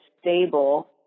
stable